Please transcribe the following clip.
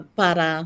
para